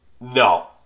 No